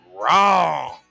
wrong